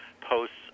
posts